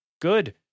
good